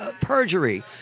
perjury